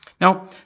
Now